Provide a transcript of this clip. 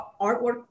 artwork